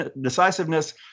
decisiveness